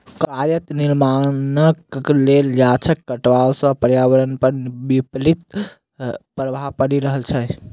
कागजक निर्माणक लेल गाछक कटाइ सॅ पर्यावरण पर विपरीत प्रभाव पड़ि रहल छै